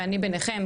ואני ביניכם,